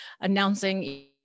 announcing